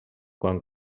quan